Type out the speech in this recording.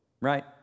right